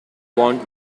want